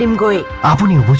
um great offer